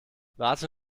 warte